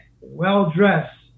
well-dressed